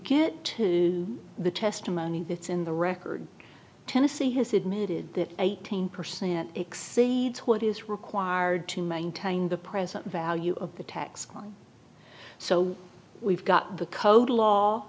get to the testimony it's in the record tennessee has admitted that eighteen percent exceeds what is required to maintain the present value of the tax so we've got the code law